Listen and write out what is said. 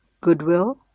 goodwill